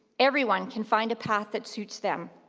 everyone can find a path that suits them.